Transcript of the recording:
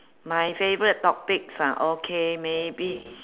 my favourite topics ah okay maybe